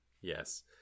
Yes